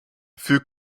für